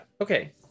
Okay